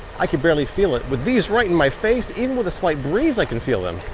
i could barely feel it. with these right in my face, even with a slight breeze i can feel um